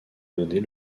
donner